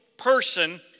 person